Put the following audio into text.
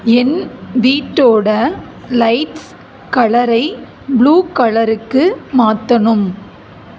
என் வீட்டோடய லைட்ஸ் கலரை புளூ கலருக்கு மாற்றணும்